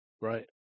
Right